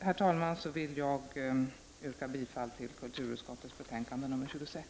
Med det anförda vill jag yrka bifall till kulturutskottets hemställan i betänkandet nr 26.